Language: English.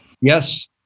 Yes